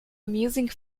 amusing